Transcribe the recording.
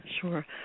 sure